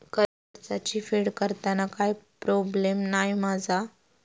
कर्जाची फेड करताना काय प्रोब्लेम नाय मा जा?